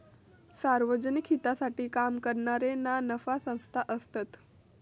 सार्वजनिक हितासाठी काम करणारे ना नफा संस्था असतत